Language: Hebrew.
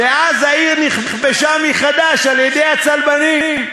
ואז העיר נכבשה מחדש על-ידי הצלבנים.